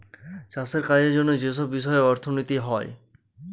চাষের কাজের জন্য যেসব বিষয়ে অর্থনীতি হয়